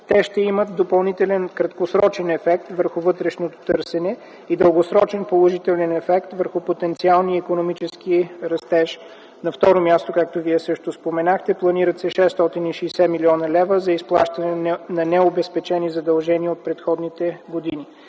Те ще имат допълнителен краткосрочен ефект върху вътрешното търсене и дългосрочен положителен ефект върху потенциалния икономически растеж. На второ място, както Вие също споменахте, планират се 660 млн. лв. за изплащане на необезпечени задължения от предходните години.